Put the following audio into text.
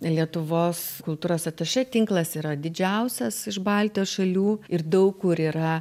lietuvos kultūros atašė tinklas yra didžiausias iš baltijos šalių ir daug kur yra